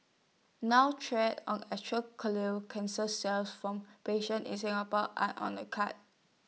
now trials on actual colon cancer cells from patients in Singapore are on the cards